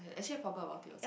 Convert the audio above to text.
actually I forgot about it also